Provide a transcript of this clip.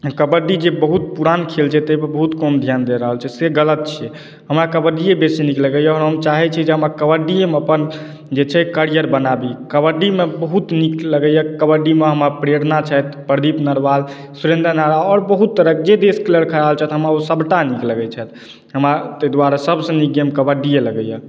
कबड्डी जे बहुत पुरान खेल छै ताहि पे बहुत कम ध्यान दे रहल छै से गलत छै हमरा कबड्डिए बेसी नीक लगैया हम चाहे छी जे हमरा कबड्डिए मे अपन जे छै कैरियर बनाबी कबड्डी मे बहुत नीक लगैया कबड्डी मे हमरा प्रेरणा छथि प्रदीप नड़वाल सुरेन्दर नड़वाल आओर बहुत तरहक जे भी खेला रहल छथि हमरा ओसबटा नीक लगै छथि हमरा ताहि दुआरे सबसे नीक गेम कबड्डीए लगैये